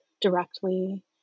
directly